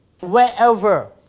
Wherever